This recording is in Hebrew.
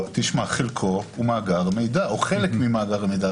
חלקו הוא מאגר מידע או חלק ממאגר מידע.